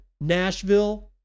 Nashville